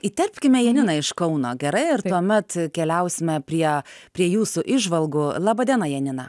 įterpkime janiną iš kauno gerai ir tuomet keliausime prie prie jūsų įžvalgų laba diena janina